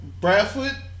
Bradford